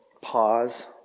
pause